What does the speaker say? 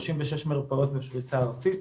36 מרפאות בפריסה ארצית,